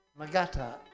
Magata